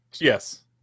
yes